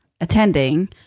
attending